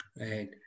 Right